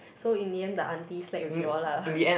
so in the end the auntie slack with you all lah